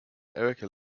erika